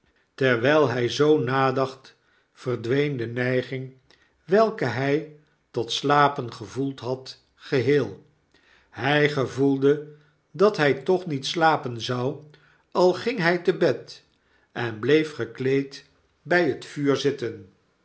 terwyl hg zoo nadacht verdween de neiging welke hy tot slapen gevoeld had geheel hjj gevoelde dat hij toch niet slapen zou al ging hfl te bed en bleef gekleed bg het vuur zitten